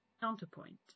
Counterpoint